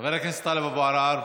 חבר הכנסת טלב אבו עראר,